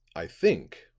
i think,